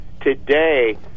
today